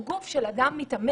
הוא גוף של אדם מתאמן.